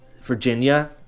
Virginia